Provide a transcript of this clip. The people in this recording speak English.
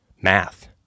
math